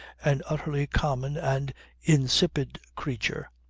an utterly common and insipid creature,